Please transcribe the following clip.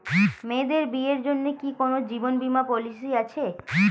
মেয়েদের বিয়ের জন্য কি কোন জীবন বিমা পলিছি আছে?